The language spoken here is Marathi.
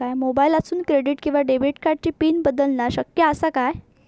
मोबाईलातसून क्रेडिट किवा डेबिट कार्डची पिन बदलना शक्य आसा काय?